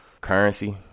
Currency